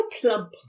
plump